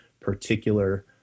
particular